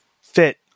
fit